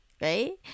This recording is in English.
right